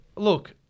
Look